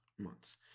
Months